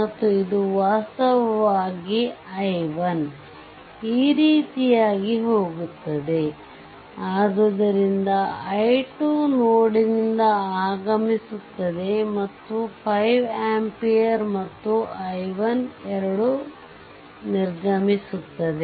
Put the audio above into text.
ಮತ್ತು ಇದು ವಾಸ್ತವವಾಗಿ i1 ಈ ರೀತಿಯಾಗಿ ಹೋಗುತ್ತದೆ ಆದ್ದರಿಂದ i2 ನೋಡ್ ನಿಂದ ಆಗಮಿಸುತ್ತದೆ ಮತ್ತು 5 ಆಂಪಿಯರ್ ಮತ್ತು i1ಎರಡೂ ನಿರ್ಗಮಿಸುತ್ತವೆ